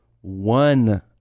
one